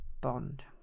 Bond